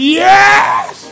yes